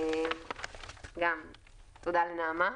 גם פה תודה לנעמה.